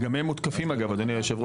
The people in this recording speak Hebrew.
וגם הם מותקפים, אגב, אדוני היושב-ראש.